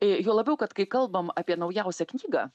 juo labiau kad kai kalbam apie naujausią knygą